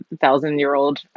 thousand-year-old